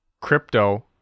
crypto